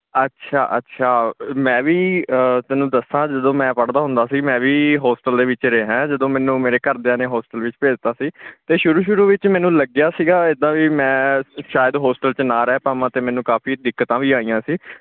ਅੱਛਾ ਅੱਛਾ ਅ ਮੈਂ ਵੀ ਤੈਨੂੰ ਦੱਸਾਂ ਜਦੋਂ ਮੈਂ ਪੜ੍ਹਦਾ ਹੁੰਦਾ ਸੀ ਮੈਂ ਵੀ ਹੋਸਟਲ ਦੇ ਵਿੱਚ ਰਿਹਾ ਜਦੋਂ ਮੈਨੂੰ ਮੇਰੇ ਘਰਦਿਆਂ ਨੇ ਹੋਸਟਲ ਵਿੱਚ ਭੇਜਤਾ ਸੀ ਅਤੇ ਸ਼ੁਰੂ ਸ਼ੁਰੂ ਵਿੱਚ ਮੈਨੂੰ ਲੱਗਿਆ ਸੀਗਾ ਇੱਦਾਂ ਵੀ ਮੈਂ ਸ਼ਾਇਦ ਹੋਸਟਲ 'ਚ ਨਾ ਰਹਿ ਪਾਵਾਂ ਅਤੇ ਮੈਨੂੰ ਕਾਫੀ ਦਿੱਕਤਾਂ ਵੀ ਆਈਆਂ ਸੀ